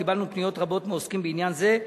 קיבלנו פניות רבות מעוסקים בעניין זה,